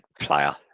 player